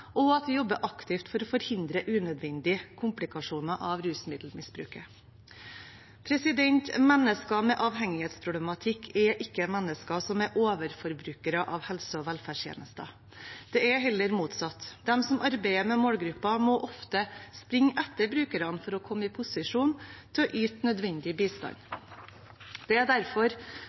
og at vi jobber aktivt for å forhindre unødvendige komplikasjoner på grunn av rusmiddelmisbruket. Mennesker med avhengighetsproblematikk er ikke mennesker som er overforbrukere av helse- og velferdstjenester. Det er heller motsatt. De som arbeider med målgruppen, må ofte springe etter brukerne for å komme i posisjon til å yte nødvendig bistand. Det er derfor